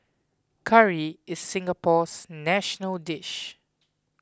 curry is Singapore's national dish